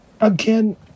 again